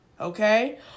okay